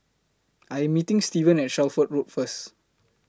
I Am meeting Stevan At Shelford Road First